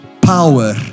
Power